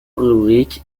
rubrique